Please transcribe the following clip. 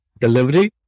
delivery